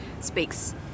speaks